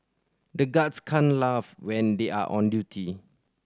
the guards can't laugh when they are on duty